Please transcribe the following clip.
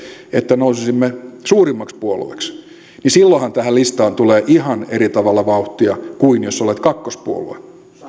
että nousisimme suurimmaksi puolueeksi niin silloinhan tähän listaan tulee ihan eri tavalla vauhtia kuin jos olet kakkospuolue